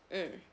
mm